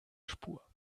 spur